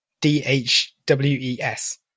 D-H-W-E-S